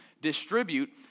distribute